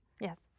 Yes